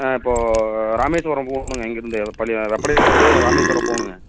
ஆ இப்போது ராமேஸ்வரம் போகணுங்க இங்கிருந்து ஒரு பள்ளி வெப்படையிலிருந்து ராமேஸ்வரம் போகணுங்க